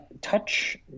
touch